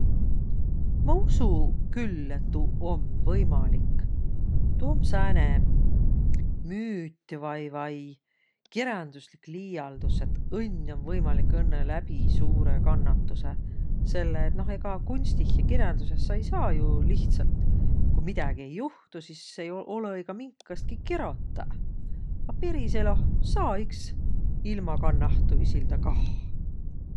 Ma usu küll, et tuu om võimalik. Tuu om sääne müüt vai, vai kirändüslik liialdus, et õnn om võimalik õnnõ läbi suurõ kannatusõ, selle et noh egaq kunstih ja kirändüseh sa ei saaq jo lihtsält, ku midägi ei juhtu, sis olõ-õi ka minkastki kirotaq. A peris eloh saa iks ilma kannahtuisildaq kah.